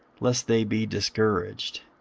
lest they be discouraged.